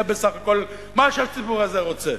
זה בסך הכול מה שהציבור הזה רוצה,